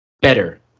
better